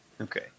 Okay